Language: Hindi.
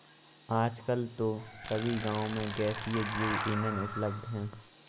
आजकल तो सभी गांव में गैसीय जैव ईंधन उपलब्ध है